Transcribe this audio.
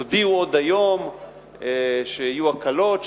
תודיעו עוד היום שיהיו הקלות,